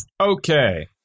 Okay